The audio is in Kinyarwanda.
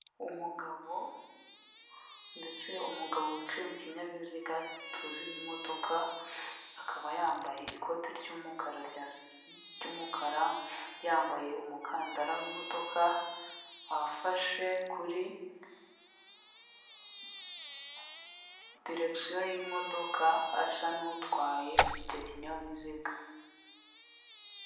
Umugabo ndetse umugabo wicaye mu kinyabiziga tuzi nk'imodoka, akaba yambaye ikote ry'umukara yambaye umukandara w'imodoka, afashe kuri diregisiyo y'imodoka asa n'utwaye icyo kinyabiziga.